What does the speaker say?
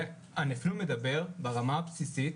אני אפילו מדבר ברמה הבסיסית